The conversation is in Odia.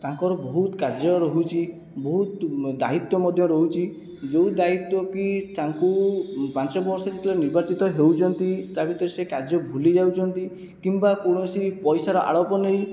ତାଙ୍କର ବହୁତ କାର୍ଯ୍ୟ ରହୁଛି ବହୁତ ଦାୟିତ୍ୱ ମଧ୍ୟ ରହୁଛି ଯେଉଁ ଦାୟିତ୍ୱ କି ତାଙ୍କୁ ପାଞ୍ଚ ବର୍ଷ ଯେତେବେଳେ ନିର୍ବାଚିତ ହେଉଛନ୍ତି ତା ଭିତରେ ସେ କାର୍ଯ୍ୟ ଭୁଲି ଯାଉଛନ୍ତି କିମ୍ବା କୌଣସି ପଇସାର ଆଳପ ନେଇ